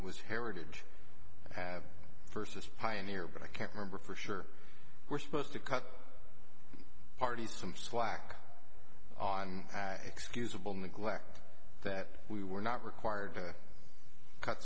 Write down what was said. it was heritage have versus pioneer but i can't remember for sure we're supposed to cut party some slack on excusable neglect that we were not required to cut